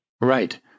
Right